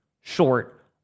short